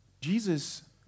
Jesus